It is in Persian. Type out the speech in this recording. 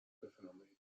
بفرمایید